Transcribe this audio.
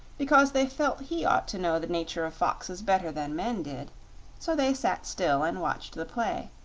because they felt he ought to know the nature of foxes better than men did so they sat still and watched the play,